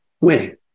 winning